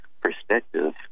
perspective